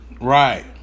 right